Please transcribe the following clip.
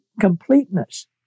completeness